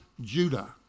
judah